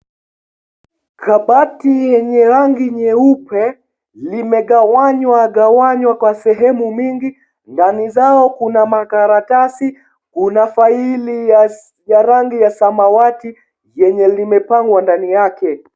Kabati yenye rangi nyeupe, limegawanywa gawanywa kwa sehemu mingi ndani zao kuna makaratasi, kuna faili ya rangi ya samawati lenye limepangwa ndani yake.